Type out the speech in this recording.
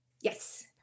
Yes